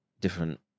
different